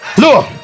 Look